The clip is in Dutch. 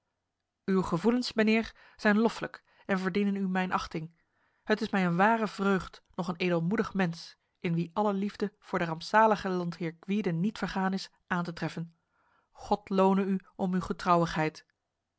uw gevoelens mijnheer zijn loffelijk en verdienen u mijn achting het is mij een ware vreugd nog een edelmoedig mens in wie alle liefde voor de rampzalige landheer gwyde niet vergaan is aan te treffen god lone u om uw